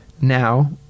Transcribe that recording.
now